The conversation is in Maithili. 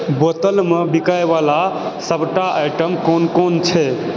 बोतलमे बिकायवला सबटा आइटम कोन कोन छै